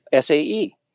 SAE